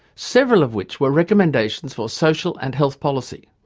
several of which were recommendations for social and health policy.